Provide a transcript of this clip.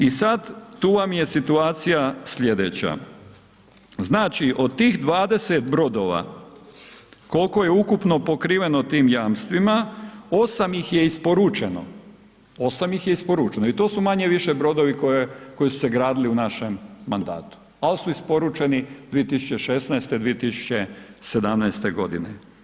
I sada tu vam je situacija sljedeća, znači od tih 20 brodova koliko je ukupno pokriveno tim jamstvima, 8 ih je isporučeno i to su manje-više brodovi koji su se gradili u našem mandatu, ali su isporučeni 2016., 2017. godine.